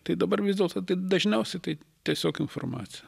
tai dabar vis dėlto tai dažniausiai tai tiesiog informacija